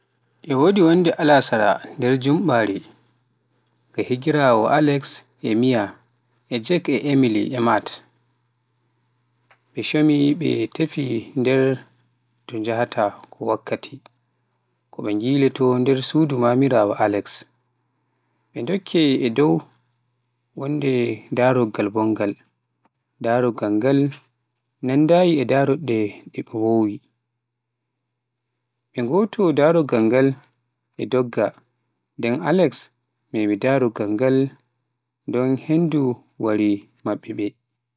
E wonde alarsa nder jummare, ga higiraabe Alex, Mia, Jake, Emily, e Matt. Ɓe comi ɓe teffe ngel ɓe gahtta, wakkati ko ɓe ngiloto e nder sudu mamirawo Alex, ɓe ndo'aake e dow wonde daroggal bongal, daroggal ngal nandaayi e daroɗɗe ɗe un wowi. Ɓe batto darolgal ngal e dogga, nde Alex memi daroggal ndal, wondu henndu wari maɓɓi ɓe.